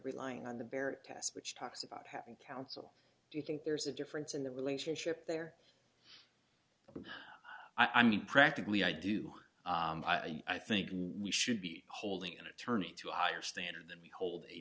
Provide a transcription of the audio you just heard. relying on the bare test which talks about having counsel do you think there's a difference in the relationship there i mean practically i do i think we should be holding an attorney to a higher standard than we hold a